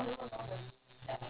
ya lor quite cool